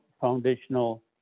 foundational